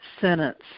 sentence